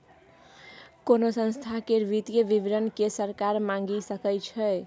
कोनो संस्था केर वित्तीय विवरण केँ सरकार मांगि सकै छै